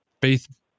faith